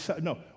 no